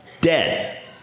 Dead